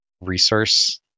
resource